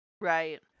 right